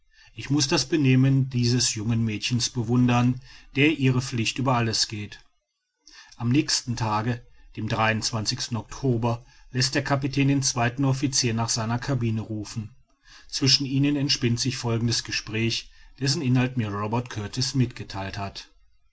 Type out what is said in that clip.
ich muß das benehmen dieses jungen mädchens bewundern der ihre pflicht über alles geht am nächsten tage dem october läßt der kapitän den zweiten officier nach seiner cabine rufen zwischen ihnen entspinnt sich folgendes gespräch dessen inhalt mir robert kurtis mitgetheilt hat